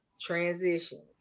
transitions